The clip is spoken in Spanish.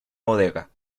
bodega